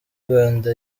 rwanda